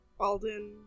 Alden